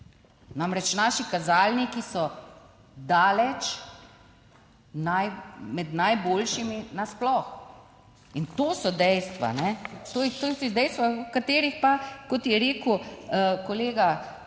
Namreč, naši kazalniki so daleč na med najboljšimi nasploh. In to so dejstva, to so dejstva o katerih pa, kot je rekel kolega Černač,